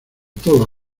todos